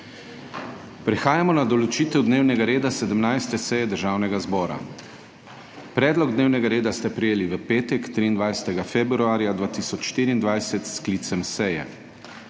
Prehajamo na **določitev dnevnega reda** 17. seje Državnega zbora. Predlog dnevnega reda ste prejeli v petek, 23. februarja 2024, s sklicem seje.